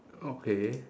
okay